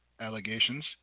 allegations